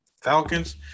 Falcons